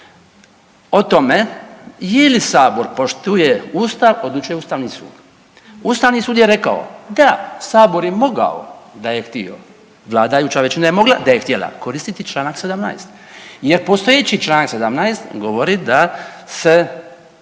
o tome je li Sabor poštuje Ustav odlučuje Ustavni sud. Ustavni sud je rekao da Sabor je mogao da je htio vladajuća većina je mogla da je htjela koristiti čl. 17. jer postojeći čl. 17. govori da se